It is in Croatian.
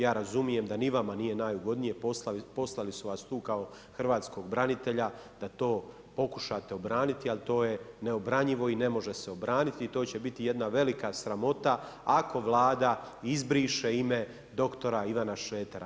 Ja razumijem da ni vama nije najugodnije poslali su vas tu kao hrvatskog branitelja da to pokušate to obraniti, ali to je neobranjivo i ne može se obraniti i to će biti jedna velika sramota ako Vlada izbriše ime dr. Ivana Šretera.